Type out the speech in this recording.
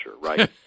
right